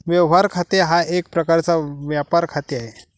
व्यवहार खाते हा एक प्रकारचा व्यापार खाते आहे